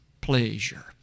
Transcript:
pleasure